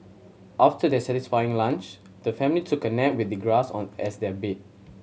after their satisfying lunch the family took a nap with the grass on as their bed